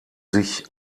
sich